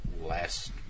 last